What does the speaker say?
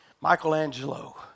Michelangelo